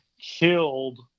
killed